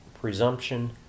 presumption